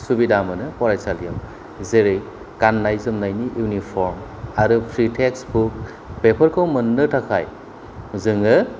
सुबिदा मोनो फरायसालियाव जेरै गाननाय जोमनायनि इउनिफर्म आरो फ्रि टेक्स्टबुक बेफोरखौ मोननो थाखाय जोङो